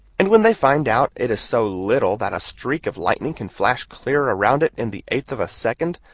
and when they find out it is so little that a streak of lightning can flash clear around it in the eighth of a second,